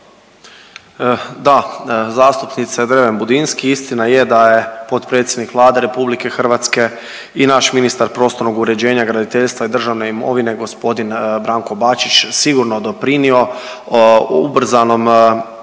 Da, zastupnice Dreven Budinski istina je da je potpredsjednik Vlade Republike Hrvatske i naš ministar prostornog uređenja, graditeljstva i državne imovine gospodin Branko Bačić sigurno doprinio ubrzanom